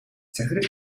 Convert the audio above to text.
захирал